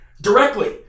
directly